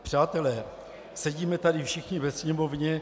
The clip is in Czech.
Přátelé, sedíme tady všichni ve Sněmovně.